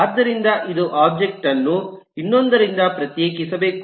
ಆದ್ದರಿಂದ ಒಂದು ಒಬ್ಜೆಕ್ಟ್ ಅನ್ನು ಇನ್ನೊಂದರಿಂದ ಪ್ರತ್ಯೇಕಿಸಬೇಕು